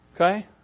Okay